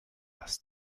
das